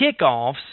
kickoffs